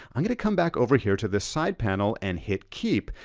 i'm gonna come back over here to this side panel and hit keep,